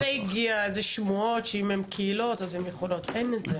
יש שמועות שקהילות יכולות לקבל יותר מזה.